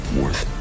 worth